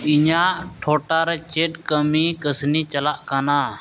ᱤᱧᱟᱹᱜ ᱴᱚᱴᱷᱟ ᱨᱮ ᱪᱮᱫ ᱠᱟᱹᱢᱤ ᱠᱟᱹᱥᱱᱤ ᱪᱟᱞᱟᱜ ᱠᱟᱱᱟ